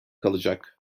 kalacak